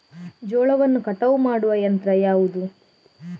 ಜೋಳವನ್ನು ಕಟಾವು ಮಾಡುವ ಯಂತ್ರ ಯಾವುದು?